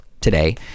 today